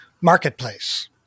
marketplace